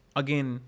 again